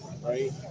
Right